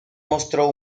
mostró